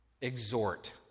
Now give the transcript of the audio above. Exhort